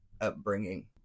upbringing